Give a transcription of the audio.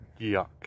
yuck